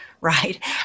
right